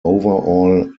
overall